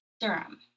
Durham